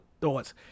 thoughts